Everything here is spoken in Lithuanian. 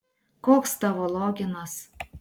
koks tavo loginas